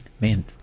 man